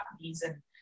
reason